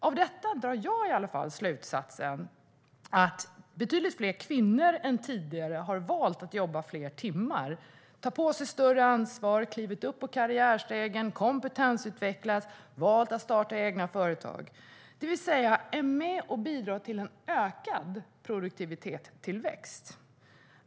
Av detta drar i alla fall jag slutsatsen att betydligt fler kvinnor än tidigare har valt att jobba fler timmar. De har tagit på sig ett större ansvar, klivit upp på karriärstegen, kompetensutvecklats och valt att starta egna företag. De är alltså med och bidrar till en ökad produktivitetstillväxt.